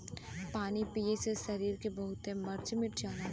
पानी पिए से सरीर के बहुते मर्ज मिट जाला